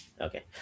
okay